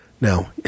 Now